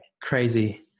crazy